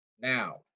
Now